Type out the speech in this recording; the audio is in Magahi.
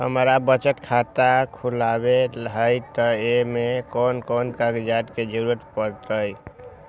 हमरा बचत खाता खुलावेला है त ए में कौन कौन कागजात के जरूरी परतई?